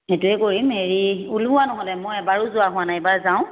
সেইটোৱে কৰিম হেৰি ওলোৱা নহ'লে মই এবাৰো যোৱা হোৱা নাই এইবাৰ যাওঁ